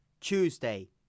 Tuesday